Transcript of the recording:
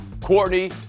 Courtney